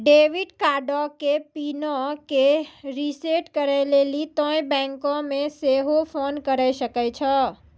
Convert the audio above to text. debit कार्डो के पिनो के रिसेट करै लेली तोंय बैंको मे सेहो फोन करे सकै छो